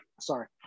sorry